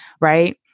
right